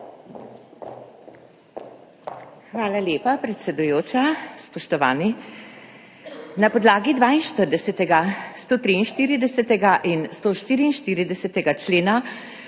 Hvala lepa, predsedujoča. Spoštovani! Na podlagi 42., 143. in 144. člena